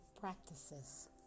practices